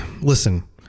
listen